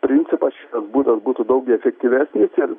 principas šitas būtent būtų daug efektyvesnis ir